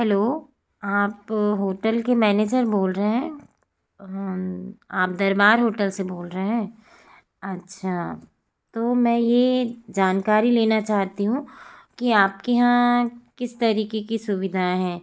hello आप hotel के manager बोल रहे हैं आप दरबार होटल से बोल रहे हैं अच्छा तो मैं यह जानकारी लेना चाहती हूँ कि आपके यहाँ किस तरीके की सुविधाएँ हैं